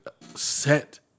set